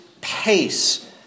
pace